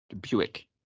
Buick